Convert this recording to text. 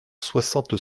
soixante